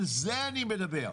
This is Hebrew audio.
על זה אני מדבר.